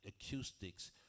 acoustics